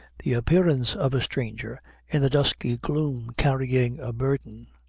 the appearance of a stranger in the dusky gloom carrying a burden,